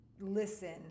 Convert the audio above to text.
listen